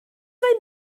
mae